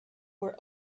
were